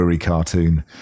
cartoon